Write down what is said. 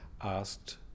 asked